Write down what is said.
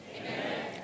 amen